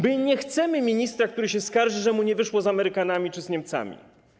My nie chcemy ministra, który się skarży, że mu nie wyszło z Amerykanami czy z Niemcami.